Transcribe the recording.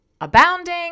Abounding